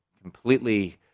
completely